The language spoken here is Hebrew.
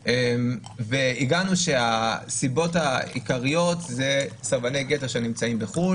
מצאנו שהסיבות העיקריות הן סרבני גט אשר נמצאים בחו"ל